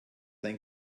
dein